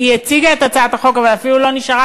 שהציגה את הצעת החוק אבל אפילו לא נשארה